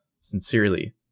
Sincerely